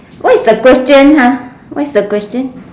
what is the question ah what is the question